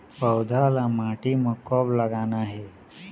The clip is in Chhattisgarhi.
पौधा ला माटी म कब लगाना हे?